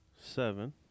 seven